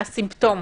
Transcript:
הסימפטום.